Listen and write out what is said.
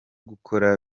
gukora